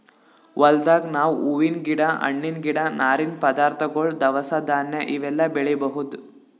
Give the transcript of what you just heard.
ಹೊಲ್ದಾಗ್ ನಾವ್ ಹೂವಿನ್ ಗಿಡ ಹಣ್ಣಿನ್ ಗಿಡ ನಾರಿನ್ ಪದಾರ್ಥಗೊಳ್ ದವಸ ಧಾನ್ಯ ಇವೆಲ್ಲಾ ಬೆಳಿಬಹುದ್